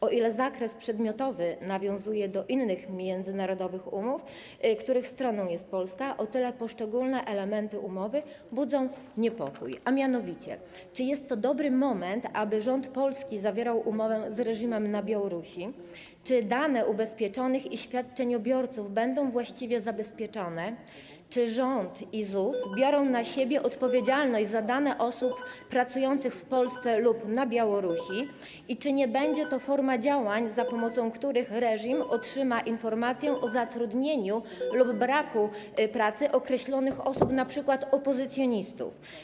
O ile zakres przedmiotowy nawiązuje do innych międzynarodowych umów, których stroną jest Polska, o tyle poszczególne elementy umowy budzą niepokój, a mianowicie, czy jest to dobry moment, aby rząd Polski zawierał umowę z reżimem na Białorusi, czy dane ubezpieczonych i świadczeniobiorców będą właściwie zabezpieczone, czy rząd i ZUS biorą na siebie odpowiedzialność za dane osób pracujących w Polsce lub na Białorusi i czy nie będzie to forma działań, za pomocą których reżim otrzyma informację o zatrudnieniu lub braku pracy określonych osób, np. opozycjonistów.